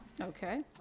Okay